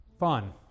fun